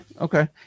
okay